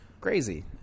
crazy